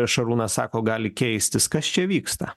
šarūnas sako gali keistis kas čia vyksta